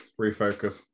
Refocus